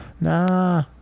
Nah